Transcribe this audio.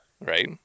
right